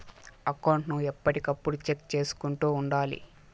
account ను ఎప్పటికప్పుడు check చేసుకుంటూ ఉండాలి